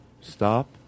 Stop